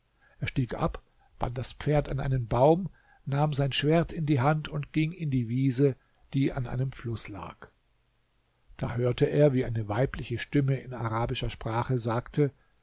er stieg ab band das pferd an einen baum nahm sein schwert in die hand und ging in die wiese die an einem fluß lag da hörte er wie eine weibliche stimme in arabischer sprache sagte